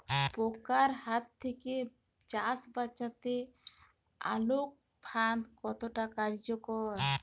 পোকার হাত থেকে চাষ বাচাতে আলোক ফাঁদ কতটা কার্যকর?